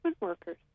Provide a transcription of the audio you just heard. workers